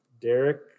Derek